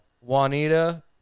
juanita